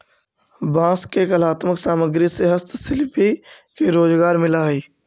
बांस के कलात्मक सामग्रि से हस्तशिल्पि के रोजगार मिलऽ हई